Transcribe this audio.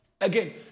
Again